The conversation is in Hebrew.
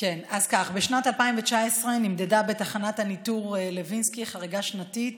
בשנת 2019 נמדדה בתחנת הניטור לוינסקי חריגה שנתית